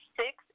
six